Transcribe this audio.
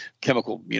chemical